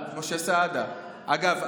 אגב,